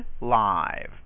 live